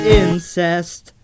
incest